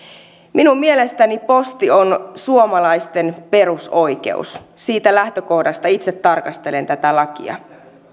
minun mielestäni posti on suomalaisten perusoikeus siitä lähtökohdasta itse tarkastelen tätä lakia